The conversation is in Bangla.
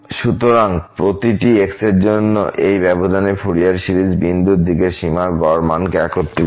সুতরাং প্রতিটিx এর জন্য এই ব্যবধানে ফুরিয়ার সিরিজ বিন্দুর দিকের সীমার গড় মানকে একত্রিত করে